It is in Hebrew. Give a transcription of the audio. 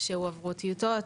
שהועברו טיוטות.